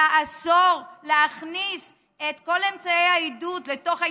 לאסור להכניס את כל אמצעי העידוד לתוך האצטדיונים,